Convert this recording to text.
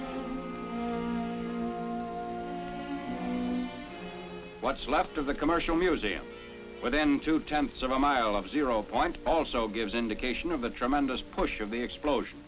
what's left of the commercial museum within two tenths of a mile of zero point zero also gives indication of the tremendous push of the explosion